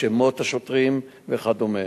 שמות השוטרים וכדומה.